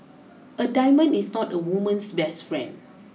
a diamond is not a woman's best friend